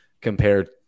compared